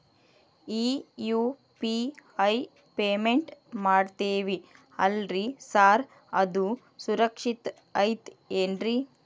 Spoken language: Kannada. ಈ ಯು.ಪಿ.ಐ ಪೇಮೆಂಟ್ ಮಾಡ್ತೇವಿ ಅಲ್ರಿ ಸಾರ್ ಅದು ಸುರಕ್ಷಿತ್ ಐತ್ ಏನ್ರಿ?